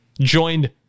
joined